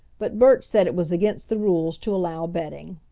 but bert said it was against the rules to allow betting.